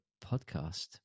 podcast